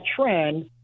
trend